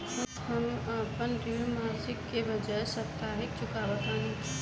हम अपन ऋण मासिक के बजाय साप्ताहिक चुकावतानी